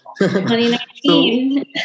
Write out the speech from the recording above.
2019